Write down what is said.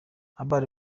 urban